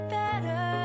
better